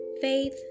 faith